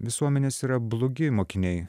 visuomenės yra blogi mokiniai